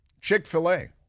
Chick-fil-A